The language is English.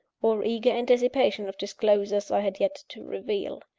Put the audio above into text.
or eager anticipation of disclosures i had yet to reveal.